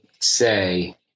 say